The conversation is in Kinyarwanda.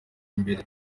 imbere